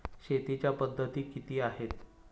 शेतीच्या पद्धती किती आहेत?